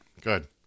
good